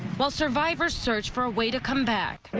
while survivors search for a way to come back.